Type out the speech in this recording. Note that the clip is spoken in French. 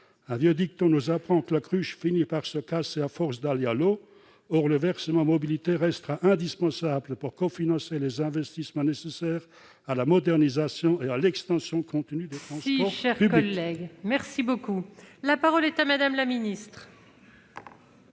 Un vieux dicton nous apprend que la cruche finit par se casser à force d'aller à l'eau ; or le versement mobilité restera indispensable pour cofinancer les investissements nécessaires à la modernisation et à l'expansion continue des transports publics. La parole est à Mme la secrétaire